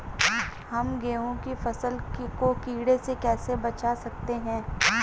हम गेहूँ की फसल को कीड़ों से कैसे बचा सकते हैं?